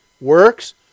works